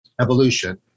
evolution